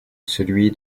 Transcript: celui